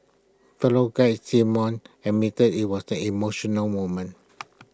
fellow guide simon admitted IT was the emotional moment